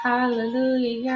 Hallelujah